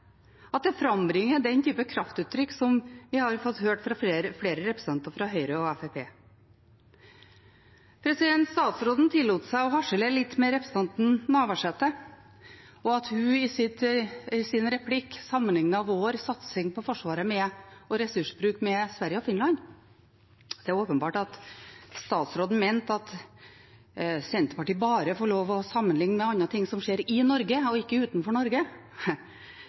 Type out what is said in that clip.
at det skal være så provoserende, og at det frambringer den typen kraftuttrykk som vi har fått høre fra flere representanter fra Høyre og Fremskrittspartiet. Statsråden tillot seg å harselere litt med representanten Navarsete og at hun i sin replikk sammenlignet vår satsing på og ressursbruk i Forsvaret med Sverige og Finland. Det er åpenbart at statsråden mente at Senterpartiet bare får lov til å sammenligne med ting som skjer i Norge, ikke ting som skjer utenfor Norge.